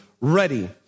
ready